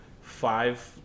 five